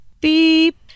beep